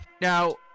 Now